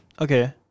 Okay